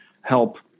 help